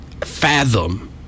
fathom